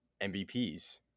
mvps